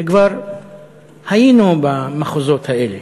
שכבר היינו במחוזות האלה,